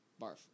Barf